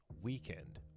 weekend